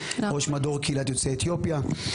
ראש מדור קהילת יוצאי אתיופיה,